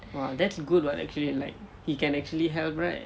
!wah! that's good what actually like he can actually help right